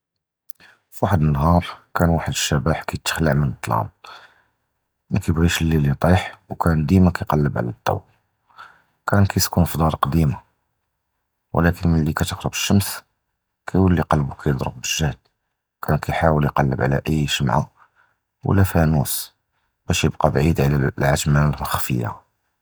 פִוַחַד נַהָאר קַאנ וַחַד הַשַּבַּח קִיְתְחַלַע מַלְזְזָל, מַקִיְבְגִּיש הַלַיְל יִטִיח וְקַאנ דִימָא קַא יִקַלְבּ עַל הַדַּוּ, קַאנ קִיְסְכֵּן פִדַאר קְדִימָה וּלַקִין מִנִין תְּעַרְבּ הַשַּמְשׁ קִיְווּלִי קַלְבּוּ קִיְדְרַב בַּלְגְּהְד, קַאנ קִיְחַאוּל יִקַלְבּ עַל אִי שַמְעָה וְלָא פַאנּוּס בַּאש יִבְקָּא בְּעִיד מִן הַעְתְּמָה הַמֻּחְפִיָּה.